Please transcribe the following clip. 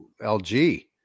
LG